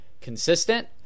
consistent